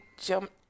jump